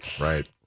Right